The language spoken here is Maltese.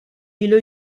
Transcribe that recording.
ilu